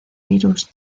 virus